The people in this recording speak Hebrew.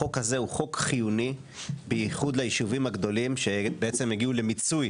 החוק הזה הוא חוק חיוני בייחוד ליישובים הגדולים שבעצם הגיעו למיצוי